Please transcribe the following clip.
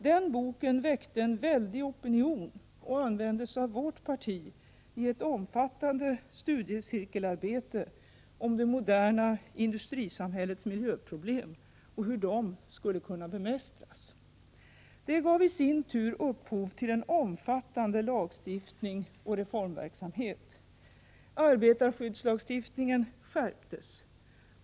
Den boken väckte en väldig opinion och användes av vårt parti i ett omfattande studiecirkelarbete om det moderna industrisamhällets miljöproblem och om hur de skulle kunna bemästras. Det gavi sin tur upphov till en omfattande lagstiftning och reformverksamhet: Arbetarskyddslagstiftningen skärptes.